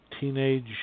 teenage